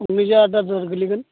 गंनैजों आत हाजार गोलैगोन